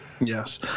Yes